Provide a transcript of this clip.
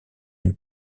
une